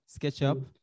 SketchUp